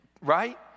right